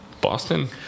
Boston